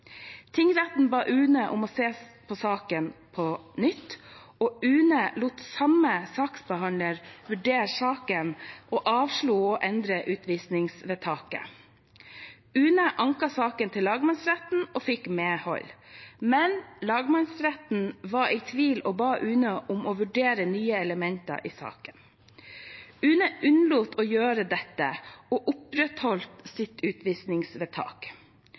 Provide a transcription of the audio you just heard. Tingretten ba UNE om å se på saken på nytt, og UNE lot samme saksbehandler vurdere saken og avslo å endre utvisningsvedtaket. UNE anket saken til lagmannsretten og fikk medhold, men lagmannsretten var i tvil og ba UNE om å vurdere nye elementer i saken. UNE unnlot å gjøre dette og opprettholdt sitt utvisningsvedtak.